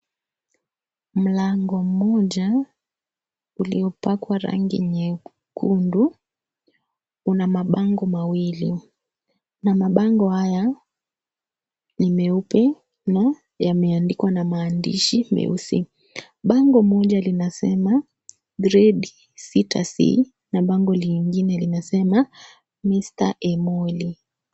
Mlango mmoja uliopakwa rangi nyekundu una mabango mawili, na mabango haya ni meupe na yameandikwa na maandishi meusi. Bango moja linasema, "Grade 6C,", na bango lingine linasema, "MR Emoli."